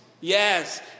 Yes